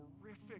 horrific